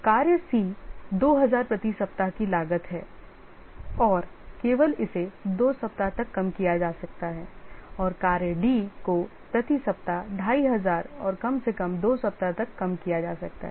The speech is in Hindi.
कार्य C 2000 प्रति सप्ताह की लागत है और केवल इसे 2 सप्ताह तक कम किया जा सकता है और कार्य D को प्रति सप्ताह 2500 और कम से कम 2 सप्ताह तक कम किया जा सकता है